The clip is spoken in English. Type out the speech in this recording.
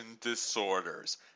disorders